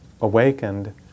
awakened